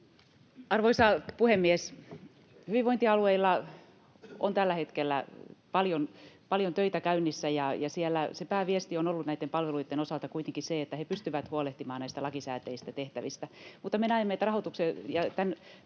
Arvoisa puhemies! Hyvinvointialueilla on tällä hetkellä paljon töitä käynnissä, ja siellä se pääviesti on ollut näitten palveluitten osalta kuitenkin se, että he pystyvät huolehtimaan näistä lakisääteisistä tehtävistä.